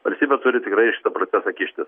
valstybė turi tikrai į šitą procesą kištis